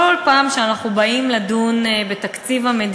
חברת הכנסת מיכל רוזין, בבקשה.